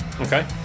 Okay